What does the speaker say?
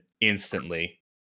instantly